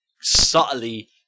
subtly